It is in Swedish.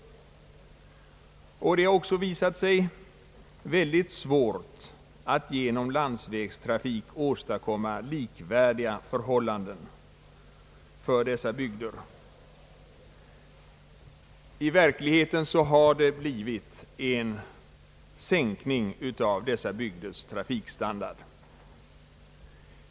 Det har också visat sig svårt att där genom landsvägstrafik åstadkomma likvärdiga förhållanden. I verkligheten har det blivit en sänkning av dessa bygders trafikstandard.